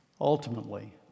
ultimately